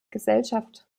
gesellschaft